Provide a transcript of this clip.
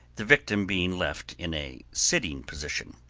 the victim being left in a sitting position.